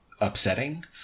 upsetting